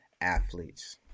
athletes